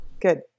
Good